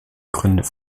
gründe